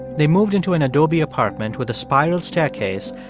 they moved into an adobe apartment with a spiral staircase,